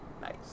Nice